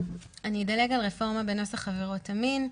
אדלג על רפורמה בנוסח עבירות המין.